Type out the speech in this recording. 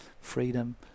freedom